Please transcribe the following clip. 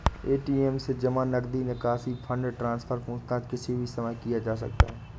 ATM से जमा, नकद निकासी, फण्ड ट्रान्सफर, पूछताछ किसी भी समय किया जा सकता है